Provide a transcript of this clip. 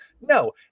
No